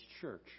church